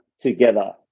together